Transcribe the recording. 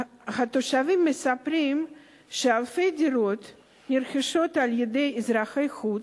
התושבים מספרים שאלפי דירות נרכשות על-ידי אזרחי חוץ,